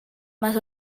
más